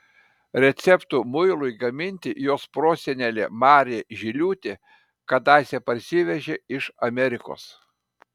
receptų muilui gaminti jos prosenelė marė žiliūtė kadaise parsivežė iš amerikos